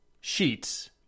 sheets